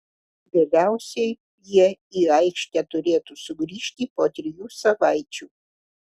vėliausiai jie į aikštę turėtų sugrįžti po trijų savaičių